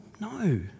No